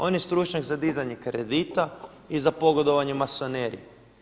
On je stručnjak za dizanje kredita i za pogodovanje masonerima.